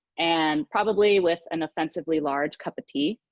and probably with an offensively large cup of tea!